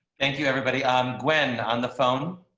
thank you everybody on when on the phone.